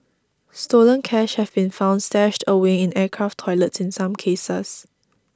stolen cash have been found stashed away in aircraft toilets in some cases